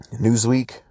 Newsweek